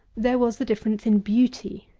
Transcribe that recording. there was the difference in beauty.